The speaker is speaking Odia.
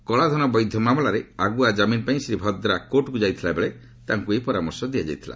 କଳାଧନ ବୈଧ ମାମଲାରେ ଆଗୁଆ ଜାମିନ୍ ପାଇଁ ଶ୍ରୀ ଭଦ୍ରା କୋର୍ଟକୁ ଯାଇଥିଲା ବେଳେ ତାଙ୍କୁ ଏହି ପରାମର୍ଶ ଦିଆଯାଇଥିଲା